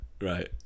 right